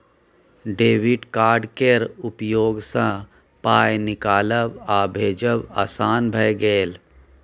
debit card केर उपयोगसँ पाय निकालब आ भेजब आसान भए गेल